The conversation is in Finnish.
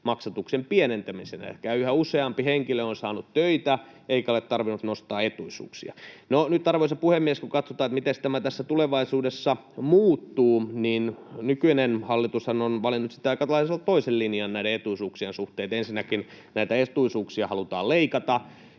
maksatuksen pienentymisenä. Ehkä yhä useampi henkilö on saanut töitä, eikä ole tarvinnut nostaa etuisuuksia. No nyt, arvoisa puhemies, kun katsotaan, miten tämä tulevaisuudessa muuttuu, niin nykyinen hallitushan on valinnut aika lailla toisen linjan näiden etuisuuksien suhteen. Ensinnäkin näitä etuisuuksia halutaan leikata,